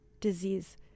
disease